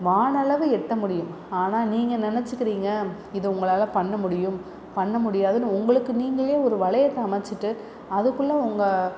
வானளவு எட்ட முடியும் ஆனால் நீங்க நினச்சுக்கிறிங்க இதை உங்களால் பண்ண முடியும் பண்ண முடியாதுன்னு உங்களுக்கு நீங்களே ஒரு வளையத்தை அமைச்சிட்டு அதுக்குள்ளே உங்கள்